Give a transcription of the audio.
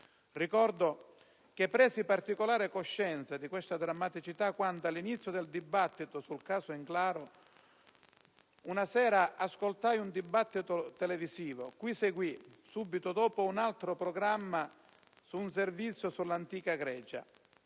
Ricordo che presi particolare coscienza di questa drammaticità quando, all'inizio della discussione sul caso Englaro, una sera ascoltai un dibattito televisivo cui seguì un altro programma, un servizio sull'antica Grecia.